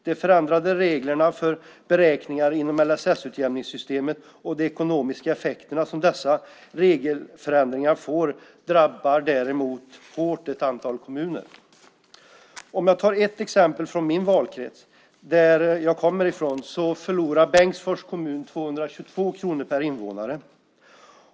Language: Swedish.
De förändrade reglerna för beräkningar inom LSS-utjämningssystemet och de ekonomiska effekter som dessa regelförändringar får drabbar däremot ett antal kommuner hårt. Som ett exempel från den valkrets jag kommer ifrån kan jag nämna att Bengtsfors förlorar 222 kronor per invånare.